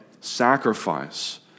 sacrifice